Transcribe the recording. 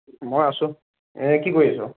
মই আছোঁ এনে কি কৰি আছ'